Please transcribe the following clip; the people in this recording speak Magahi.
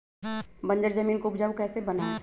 बंजर जमीन को उपजाऊ कैसे बनाय?